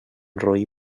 roí